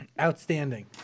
Outstanding